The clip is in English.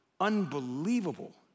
unbelievable